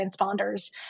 transponders